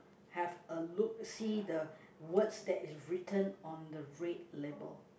have a look see the words that is written on the red label